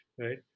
right